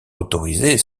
autorisés